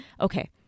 okay